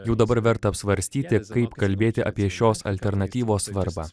jau dabar verta apsvarstyti kaip kalbėti apie šios alternatyvos svarbą